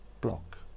block